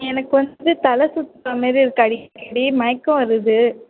எனக்கு வந்து தலை சுற்றுற மாரி இருக்கு அடிக்கடி மயக்கம் வருது